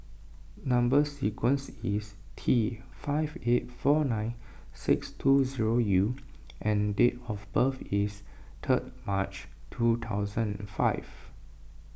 Number Sequence is T five eight four nine six two zero U and date of birth is third March two thousand five